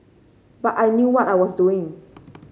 but I knew what I was doing